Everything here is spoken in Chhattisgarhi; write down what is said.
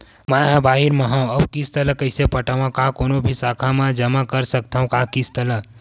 मैं हा बाहिर मा हाव आऊ किस्त ला कइसे पटावव, का कोनो भी शाखा मा जमा कर सकथव का किस्त ला?